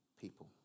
people